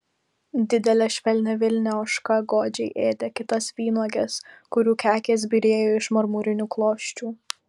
didelė švelniavilnė ožka godžiai ėdė kitas vynuoges kurių kekės byrėjo iš marmurinių klosčių